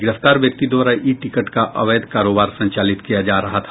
गिरफ्तार व्यक्ति द्वारा ई टिकट का अवैध कारोबार संचालित किया जा रहा था